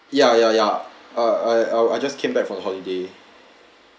ya ya ya I I I just came back from holiday